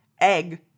egg